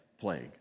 plague